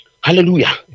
hallelujah